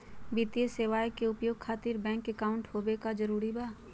वित्तीय सेवाएं के उपयोग खातिर बैंक अकाउंट होबे का जरूरी बा?